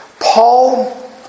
Paul